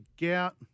gout